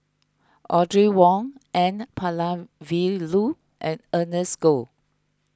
Audrey Wong N Palanivelu and Ernest Goh